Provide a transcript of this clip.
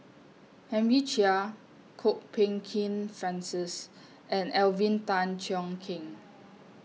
Henry Chia Kwok Peng Kin Francis and Alvin Tan Cheong Kheng